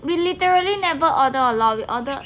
we literally never order a lot we order